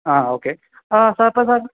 ആ ഓക്കെ